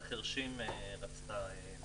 אתי שוורצברג מאגודת החירשים ביקשה לדבר.